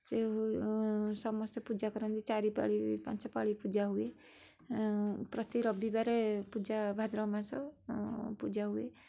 ସେ ସମସ୍ତେ ପୂଜା କରନ୍ତି ଚାରିପାଳି ପାଞ୍ଚ ପାଳି ପୂଜା ହୁଏ ପ୍ରତି ରବିବାରେ ପୂଜା ଭାଦ୍ରବ ମାସ ପୂଜା ହୁଏ